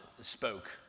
spoke